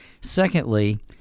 Secondly